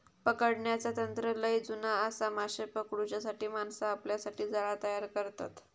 पकडण्याचा तंत्र लय जुना आसा, माशे पकडूच्यासाठी माणसा आपल्यासाठी जाळा तयार करतत